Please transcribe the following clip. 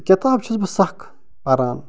کِتاب چھُس بہٕ سکھ پران